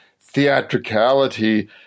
theatricality